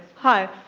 hi.